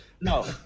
no